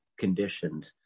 conditions